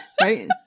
Right